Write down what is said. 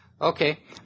Okay